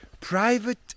Private